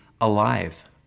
alive